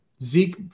Zeke